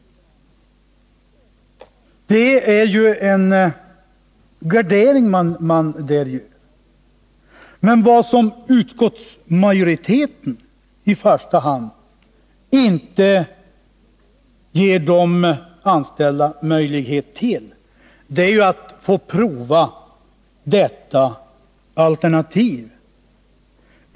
Det är en gardering som de anställda här gör. Men utskottsmajoriteten ger inte de anställda möjlighet att få prova sitt alternativ.